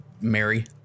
Mary